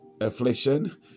affliction